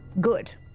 Good